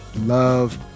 love